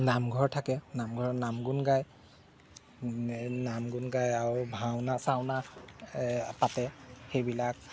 নামঘৰ থাকে নামঘৰত নাম গুণ গায় নাম গুণ গায় আৰু ভাওনা চাওনা পাতে সেইবিলাক